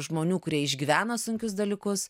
žmonių kurie išgyvena sunkius dalykus